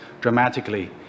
dramatically